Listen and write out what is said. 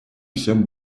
всем